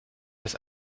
dass